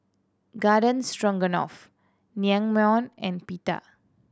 Garden Stroganoff Naengmyeon and Pita